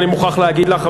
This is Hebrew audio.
אני מוכרח להגיד לך,